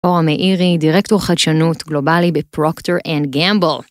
אור המאירי, דירקטור חדשנות גלובלי בפרוקטור אנד גמבל.